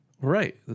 Right